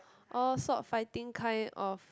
oh sword fighting kind of